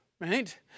Right